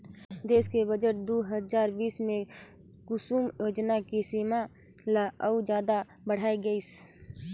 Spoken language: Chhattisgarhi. देस के बजट दू हजार बीस मे कुसुम योजना के सीमा ल अउ जादा बढाए गइसे